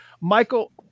Michael